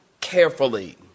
carefully